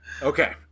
Okay